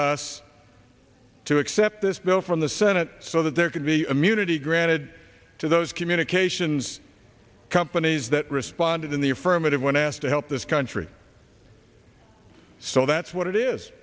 us to accept this bill from the senate so that there can be immunity granted to those communications companies that responded in the affirmative when asked to help this country so that's what it is